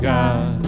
God